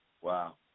Wow